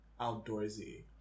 Outdoorsy